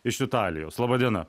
iš italijos laba diena